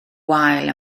wael